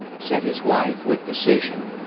said his wife, with decision.